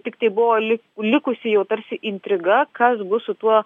tiktai buvo li likusi jau tarsi intriga kas bus su tuo